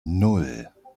nan